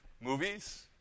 Movies